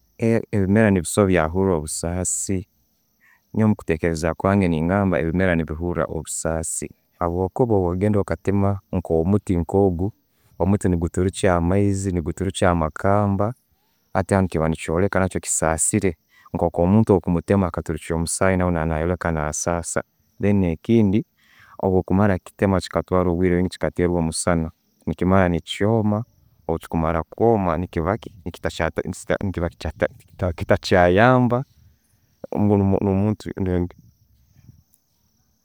Ebimera ne'bisoro byahura obusasi, nyowe mukutekereza kwange nengamba ebimera ne'bihura obusasi habwokuba bwo'genda okatema nko muti nko'gwo, omuti ne'guturukya amaizi, neguturukya, amakamba hati aho kiba ne'kyorokya nakyo chisasire nko nko'muntu bwo'kumutema akaturukya omusahi naawe nayoreka nasasa. Then ne'kindi, obwokumara kitema okamara obwire orbundi chikaterwa omusana, chimara nekyoma, bwechikumara kwoma, nechiba ne nechitayamba.